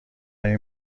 این